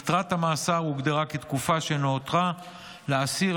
יתרת המאסר הוגדרה כתקופה שנותרה לאסיר